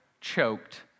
choked